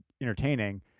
entertaining